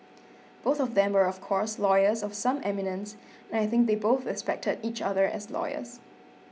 both of them were of course lawyers of some eminence and I think they both respected each other as lawyers